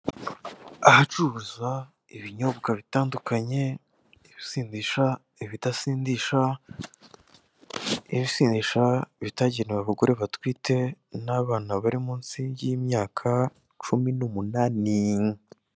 Ahacururizwa ibinyobwa bitandukanye ibisindisha ibidasindisha. Ibisindisha bitagenewe abagore batwite n'abana bari munsi y'imyaka cumi n'umunani